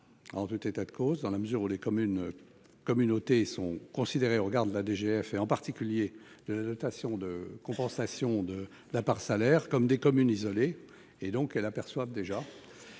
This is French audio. en tout état de cause, dans la mesure où les communes-communautés sont considérées, au regard la DGF, et en particulier de la dotation de compensation de la part salaires, comme des communes isolées. Elles la perçoivent déjà.